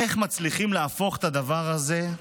איך מצליחים להפוך את הדבר הזה,